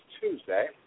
Tuesday